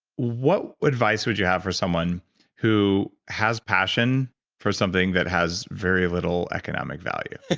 what advice would you have for someone who has passion for something that has very little economic value?